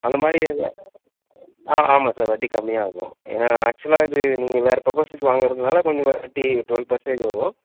அந்த மாதிரி எதாது ஆ ஆமாம் சார் வட்டி கம்மியாகும் ஏன்னால் ஆக்ஷுவலாக இது நீங்கள் வேறு பர்பசஸ்க்கு வாங்கிறதுனால கொஞ்சம் வட்டி டுவெல் பேர்சன்டேஜ் வரும்